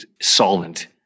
solvent